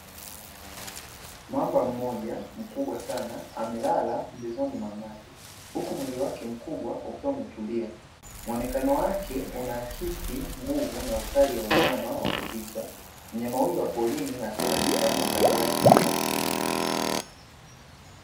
Mamba mmoja mkubwa sana amelala pembezoni mwa maji, huku mwili wake mkubwa ukiwa umetulia. Mwonekano wake unaakisi nguvu na ukali wa wanyama wa kutisha. Mnyama huyo wa porini yuko katika makazi yake ya asili.